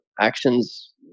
actions